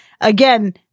again